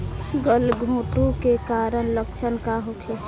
गलघोंटु के कारण लक्षण का होखे?